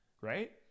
right